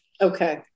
Okay